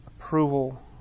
approval